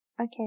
Okay